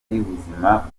y’ubuzima